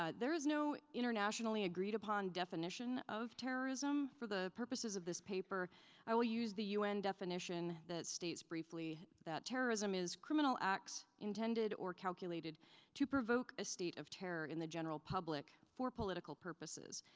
ah there is no internationally agreed-upon definition of terrorism. for the purposes of this paper i will use the un definition that states briefly that terrorism is criminal acts intended or calculated to provoke a state of terror in the general public for political purposes.